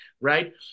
Right